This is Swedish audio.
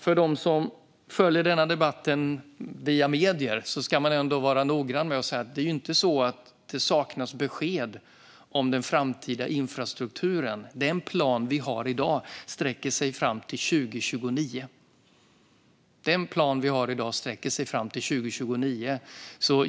För dem som följer debatten via medierna ska man ändå vara noggrann med att säga att det inte är så att det saknas besked om den framtida infrastrukturen. Den plan som finns i dag sträcker sig fram till 2029.